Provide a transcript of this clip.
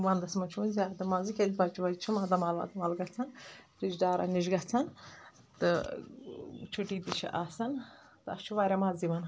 ونٛدس منٛز چھُ یوان زیادٕ مزٕ کیٛاز بچہ وچہ چھ ماتامال واتامال گژھان رشتہٕ دارن نِش گژھان تہٕ چھُٹی تہِ چھِ آسان تہٕ اسہِ چھُ واریاہ مزٕ یِوان